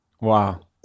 wow